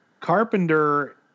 Carpenter